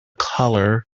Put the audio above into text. colour